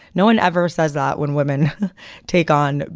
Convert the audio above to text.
no one ever says that when women take on,